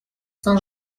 saint